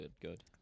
Good